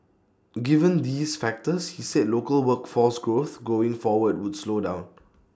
given these factors he said local workforce growth going forward would slow down